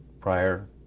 prior